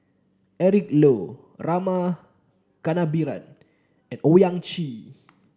Eric Low Rama Kannabiran and Owyang Chi